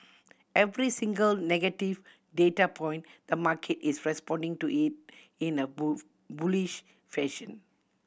every single negative data point the market is responding to it in a bullish fashion